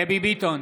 דבי ביטון,